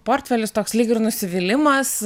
portfelis toks lyg ir nusivylimas